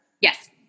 Yes